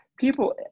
people